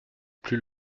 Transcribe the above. plus